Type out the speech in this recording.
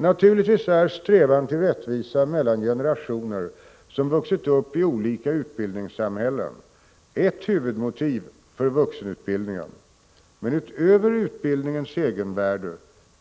Naturligtvis är strävan till rättvisa mellan generationer som vuxit upp i olika utbildningssamhällen ett huvudmotiv för vuxenutbildningen, men utöver utbildningens egenvärde